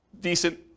decent